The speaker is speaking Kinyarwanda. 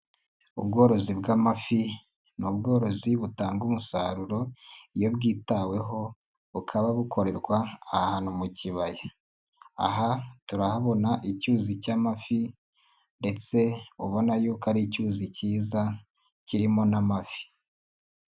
Ubworozi bw'amafi n'ubworozi butanga umusaruro iyo bwitaweho bukaba bukorerwa ahantu mu kibaya, aha turahabona icyuzi cy'amafi ndetse ubona y'uko ari icyuzi cyiza kirimo n'amafi.